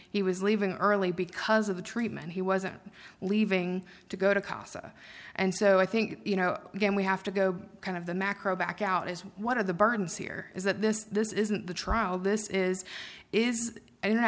he was leaving early because of the treatment he wasn't leaving to go to casa and so i think you know again we have to go kind of the macro back out as one of the burdens here is that this this isn't the trial this is is